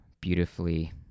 beautifully